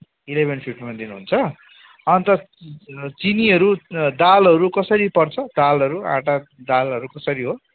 eleven फिफ्टीमा दिनुहुन्छ अन्त चिनीहरू दालहरू कसरी पर्छ दालहरू आँटा दालहरू कसरी हो